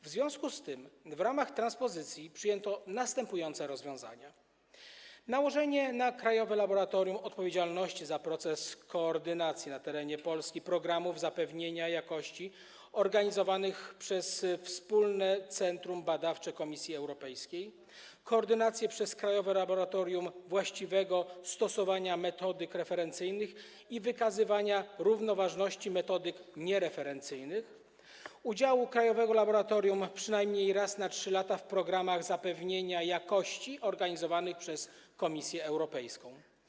W związku z tym w ramach transpozycji przyjęto następujące rozwiązania: nałożenie na krajowe laboratorium odpowiedzialności za proces koordynacji na terenie Polski programów zapewnienia jakości organizowanych przez Wspólne Centrum Badawcze Komisji Europejskiej, koordynację przez krajowe laboratorium właściwego stosowania metodyk referencyjnych i wykazywania równoważności metodyk niereferencyjnych, udział krajowego laboratorium przynajmniej raz na 3 lata w programach zapewnienia jakości organizowanych przez Komisję Europejską.